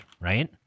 right